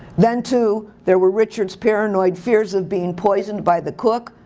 then too, there were richard's paranoid fears of being poisoned by the cook,